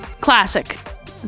Classic